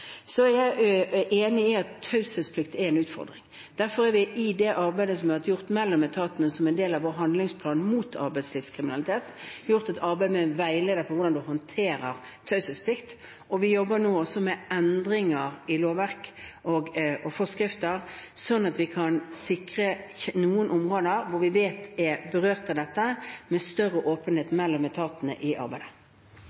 er i resten av landet. Jeg er enig i at taushetsplikt er en utfordring. Derfor har vi i det arbeidet som har vært gjort mellom etatene som en del av vår handlingsplan mot arbeidslivskriminalitet, gjort et arbeid med en veileder om hvordan man håndterer taushetsplikt. Vi jobber nå også med endringer i lovverk og forskrifter, slik at vi kan sikre noen områder som vi vet er berørt av dette, med større åpenhet